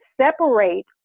separate